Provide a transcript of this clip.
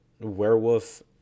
werewolf